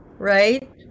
Right